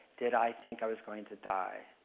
did i think i was going to die?